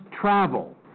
travel